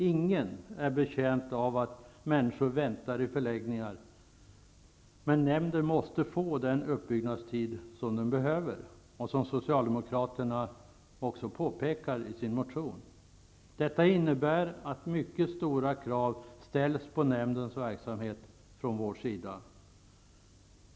Ingen är betjänt av att människor väntar i förläggningar, men nämnden måste få den uppbyggnadstid som den behöver, som Socialdemokraterna också påpekat i sin motion. Detta innebär att mycket stora krav ställs på nämndens verksamhet från vår sida.